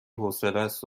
حوصلست